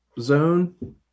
zone